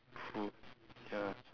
food ya